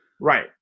Right